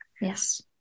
Yes